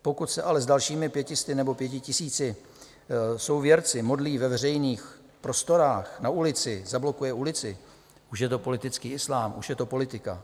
Pokud se ale s dalšími pěti sty nebo pěti tisíci souvěrci modlí ve veřejných prostorách, na ulici, zablokuje ulici, už je to politický islám, už je to politika.